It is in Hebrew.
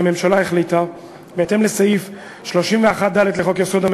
יש לנו שלוש הצעות: